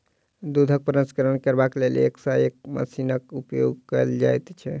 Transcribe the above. दूधक प्रसंस्करण करबाक लेल एक सॅ एक मशीनक उपयोग कयल जाइत छै